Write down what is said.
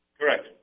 Correct